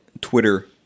Twitter